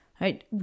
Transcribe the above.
right